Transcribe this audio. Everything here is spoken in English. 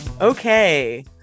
Okay